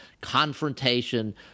confrontation